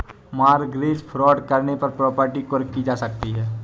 mortgage fraud करने पर property कुर्क की जा सकती है